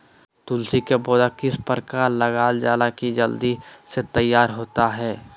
तुलसी के पौधा को किस प्रकार लगालजाला की जल्द से तैयार होता है?